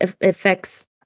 affects